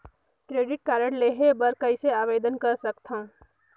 Credit card लेहे बर कइसे आवेदन कर सकथव?